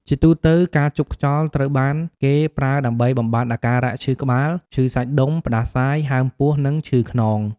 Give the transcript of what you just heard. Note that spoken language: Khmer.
ជាទូទៅ ការជប់ខ្យល់ត្រូវបានគេប្រើដើម្បីបំបាត់អាការៈឈឺក្បាល ឈឺសាច់ដុំ ផ្តាសាយ ហើមពោះ និងឈឺខ្នង។